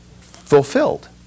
fulfilled